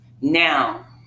Now